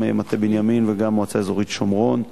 גם מטה בנימין וגם מועצה אזורית שומרון,